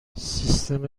سیستم